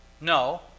No